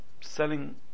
selling